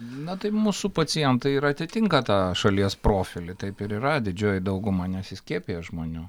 na tai mūsų pacientai ir atitinka tą šalies profilį taip ir yra didžioji dauguma nesiskiepija žmonių